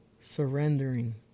surrendering